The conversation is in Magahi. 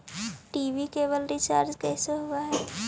टी.वी केवल रिचार्ज कैसे होब हइ?